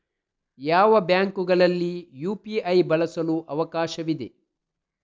ಯಾವ ಬ್ಯಾಂಕುಗಳಲ್ಲಿ ಯು.ಪಿ.ಐ ಬಳಸಲು ಅವಕಾಶವಿದೆ?